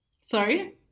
Sorry